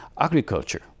Agriculture